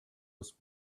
was